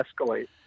escalate